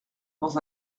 dans